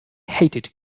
hated